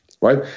Right